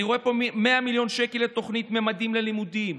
אני רואה פה 100 מיליון שקל לתוכנית ממדים ללימודים,